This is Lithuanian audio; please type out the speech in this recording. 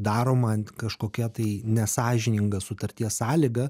daroma kažkokia tai nesąžininga sutarties sąlyga